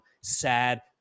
sad